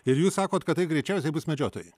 ir jūs sakot kad tai greičiausiai bus medžiotojai